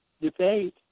debate